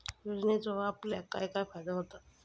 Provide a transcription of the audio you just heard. योजनेचो आपल्याक काय काय फायदो होता?